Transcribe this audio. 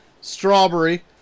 Strawberry